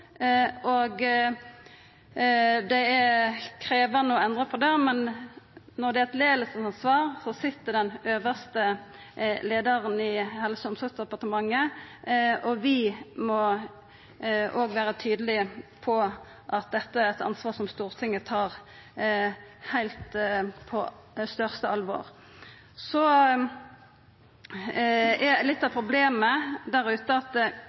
og det er krevjande å endra på det. Men når det er eit leiaransvar, så sit den øvste leiaren i Helse- og omsorgsdepartementet. Vi må òg vera tydelege på at dette er eit ansvar som Stortinget tar på det største alvor. Litt av problemet der ute er at